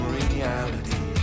reality